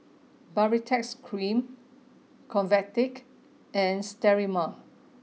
baritex cream Convatec and Sterimar